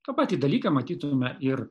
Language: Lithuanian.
tą patį dalyką matytumėme ir